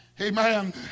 amen